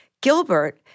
Gilbert